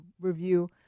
review